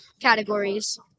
categories